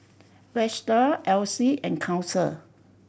Vesta Essie and Council